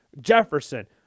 Jefferson